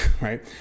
right